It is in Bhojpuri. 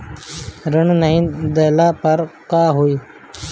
ऋण नही दहला पर का होइ?